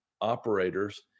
operators